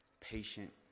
patient